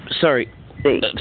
sorry